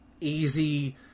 easy